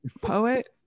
Poet